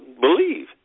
believe